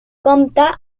compta